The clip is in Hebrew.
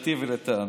לשיטתי ולטעמי.